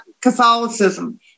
Catholicism